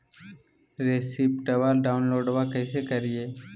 रेसिप्टबा डाउनलोडबा कैसे करिए?